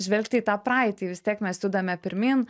žvelgti į tą praeitį vis tiek mes judame pirmyn